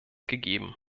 gegeben